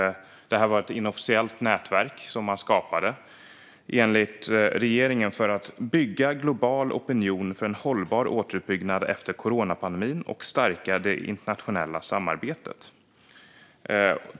Det var ett inofficiellt nätverk som man skapade, enligt regeringen för att "bygga global opinion för en hållbar återuppbyggnad efter coronapandemin och stärka det internationella samarbetet".